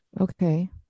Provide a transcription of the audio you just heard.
Okay